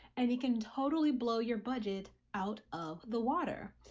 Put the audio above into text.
and it can totally blow your budget out of the water.